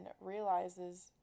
realizes